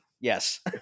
Yes